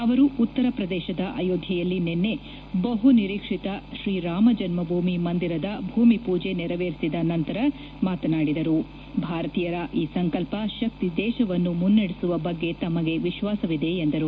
ಅವರು ಉತ್ತರ ಪ್ರದೇಶದ ಅಯೋಧ್ವೆಯಲ್ಲಿ ನಿನ್ನೆ ಬಹುನಿರೀಕ್ಷಿತ ಶ್ರೀರಾಮ ಜನ್ಮಭೂಮಿ ಮಂದಿರದ ಭೂಮಿಪೂಜೆ ನೆರವೇರಿಸಿದ ನಂತರ ಮಾತನಾಡಿದ ಅವರು ಭಾರತೀಯರ ಈ ಸಂಕಲ್ಪ ಶಕ್ತಿ ದೇಶವನ್ನು ಮುನ್ನಡೆಸುವ ಬಗ್ಗೆ ತಮಗೆ ವಿಶ್ವಾಸವಿದೆ ಎಂದರು